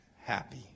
happy